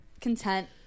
content